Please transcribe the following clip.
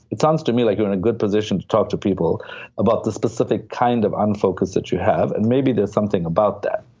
it sounds to me like you're in a good position to talk to people about the specific kind of unfocus that you have. and maybe there's something about that.